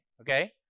okay